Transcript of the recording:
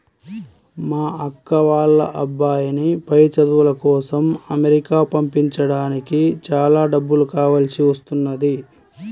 మా అక్క వాళ్ళ అబ్బాయిని పై చదువుల కోసం అమెరికా పంపించడానికి చాలా డబ్బులు కావాల్సి వస్తున్నది